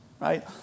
right